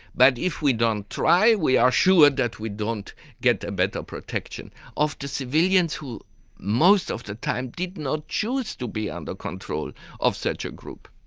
but if we don't try we are sure that we don't get a better protection of the civilians who most of the time did not choose to be under control of such a group.